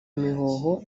imihoho